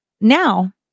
now